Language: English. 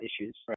issues